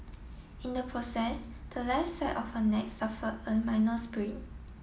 in the process the left side of her neck suffer a minor sprain